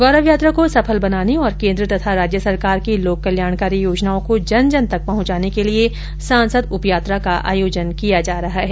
गौरव यात्रा को सफल बनाने और केन्द्र तथा राज्य सरकार की लोक कल्याणकारी योजनाओं को जन जन तक पहुंचाने के लिए सांसद उप यात्रा का आयोजन किया जा रहा है